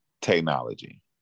technology